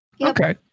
okay